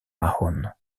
mahone